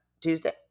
Tuesday